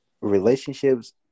Relationships